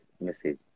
message